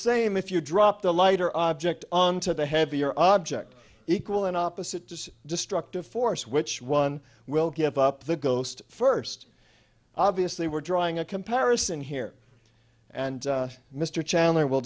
same if you drop the lighter object on to the heavier object equal and opposite to destructive force which one will give up the ghost first obviously we're drawing a comparison here and mr chandler w